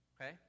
Okay